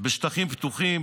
בשטחים פתוחים,